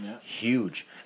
Huge